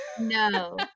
No